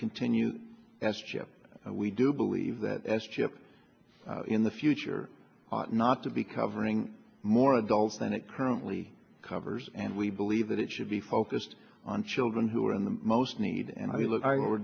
continue as chip we do believe that as chip in the future ought not to be covering more adults than it currently covers and we believe that it should be focused on children who are in the most need and we look